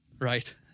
right